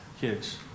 kids